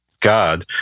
god